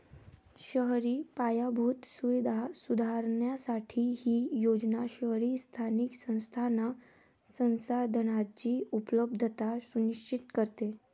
शहरी पायाभूत सुविधा सुधारण्यासाठी ही योजना शहरी स्थानिक संस्थांना संसाधनांची उपलब्धता सुनिश्चित करते